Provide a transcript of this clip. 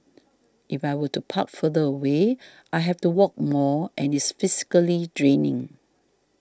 if I were to park further away I have to walk more and it's physically draining